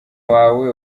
wawe